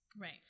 Right